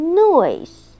Noise